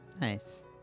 Nice